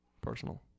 personal